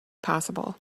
possible